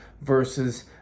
versus